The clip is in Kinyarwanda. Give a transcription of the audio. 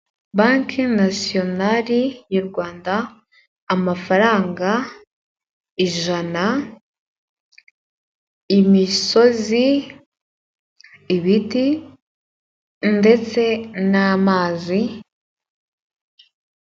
Banke nasiyonali y'u Rwanda, amafaranga ijana, imisozi, ibiti, ndetse n'amazi.